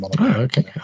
Okay